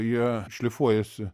jie šlifuojasi